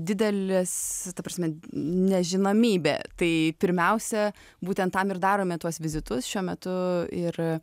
didelis ta prasme nežinomybė tai pirmiausia būtent tam ir darome tuos vizitus šiuo metu ir